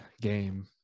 game